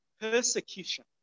persecution